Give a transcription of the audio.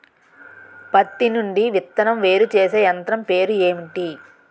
పత్తి నుండి విత్తనం వేరుచేసే యంత్రం పేరు ఏంటి